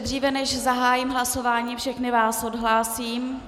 Dříve než zahájím hlasování, všechny vás odhlásím.